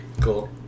Cool